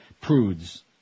prudes